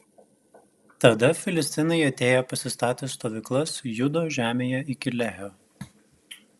tada filistinai atėję pasistatė stovyklas judo žemėje iki lehio